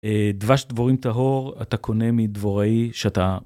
דבש דבורים טהור אתה קונה מדבוראי שאתה.